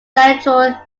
central